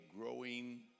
growing